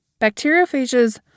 Bacteriophages